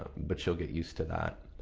but you'll get used to that